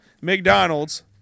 McDonald's